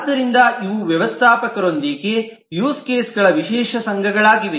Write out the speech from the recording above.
ಆದ್ದರಿಂದ ಇವು ವ್ಯವಸ್ಥಾಪಕರೊಂದಿಗೆ ಯೂಸ್ ಕೇಸ್ಗಳ ವಿಶೇಷ ಸಂಘಗಳಾಗಿವೆ